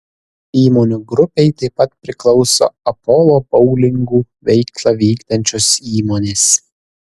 įmonių grupei taip pat priklauso apolo boulingų veiklą vykdančios įmonės